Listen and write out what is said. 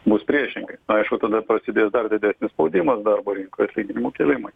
bus priešingai aišku tada prasidės dar didesnis spaudimas darbo rinkoj atlyginimų kėlimai